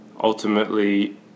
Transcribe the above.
Ultimately